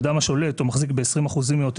אדם השולט או מחזיק ב-20 אחוזים או יותר